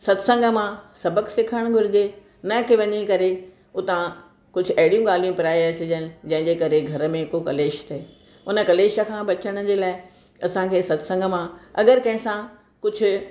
सत्संग मां सबक़ु सिखणु घुर्जे न की वञीं करे उतां कुछ अहिड़ियूं ॻाल्हियूं पिराए अचजनि जहिंजे करे घर में को कलेश थिए उन कलेश सां बचण जे लाइ असांखे सत्संग मां अगरि कंहिंसां कुझु